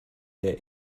der